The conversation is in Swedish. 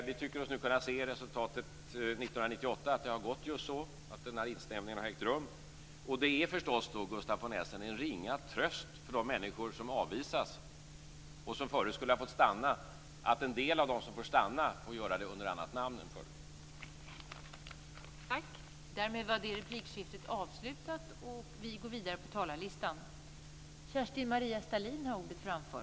Vi tycker oss nu av resultatet från 1998 kunna se att det har gått just på det sättet, att denna insnävning har ägt rum. Och det är då förstås, Gustaf von Essen, en ringa tröst för de människor som avvisas och som tidigare skulle ha fått stanna att en del av dem som får stanna får göra det under annat namn än tidigare.